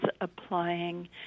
applying